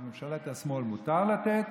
לממשלת השמאל, מותר לתת